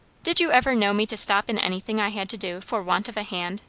did you ever know me to stop in anything i had to do, for want of a hand?